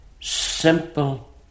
simple